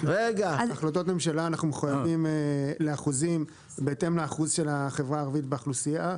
ממשלה לאחוזים בהתאם לשיעור של החברה הערבית באוכלוסייה.